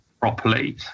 properly